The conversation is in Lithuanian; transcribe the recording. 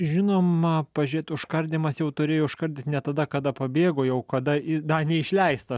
žinoma pažiūrėti užkardymas jau turėjo iškart ne tada kada pabėgo jau kada į da neišleistas